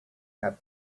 have